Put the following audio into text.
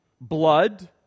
blood